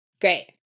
Great